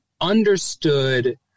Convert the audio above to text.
understood